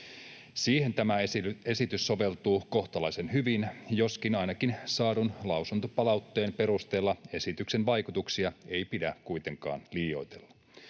Siihen tämä esitys soveltuu kohtalaisen hyvin, joskin ainakin saadun lausuntopalautteen perusteella esityksen vaikutuksia ei pidä kuitenkaan liioitella.